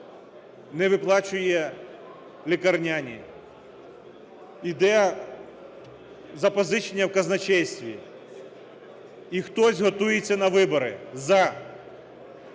не виплачує лікарняні. Іде запозичення в казначействі і хтось готується на вибори, за